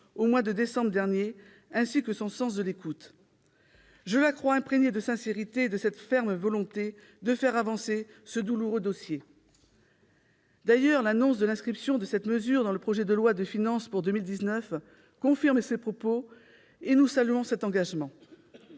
au mois de décembre dernier, ainsi que de son sens de l'écoute. Je la crois imprégnée de sincérité et de la ferme volonté de faire avancer ce douloureux dossier. L'annonce de l'inscription de cette mesure dans le projet de loi de finances pour 2019 confirme ses propos, et nous saluons cet engagement.